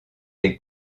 des